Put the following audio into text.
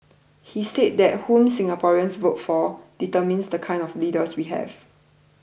he said that whom Singaporeans vote for determines the kind of leaders we will have